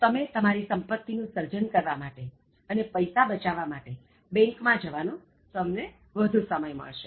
તો તમે તમારી સંપત્તિ નું સર્જન કરવા માટે અને પૈસા બચાવવા માટે બેન્ક માં જવાનો વધુ સમય મળશે